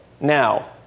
now